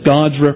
God's